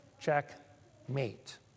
Checkmate